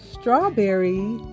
strawberry